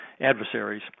adversaries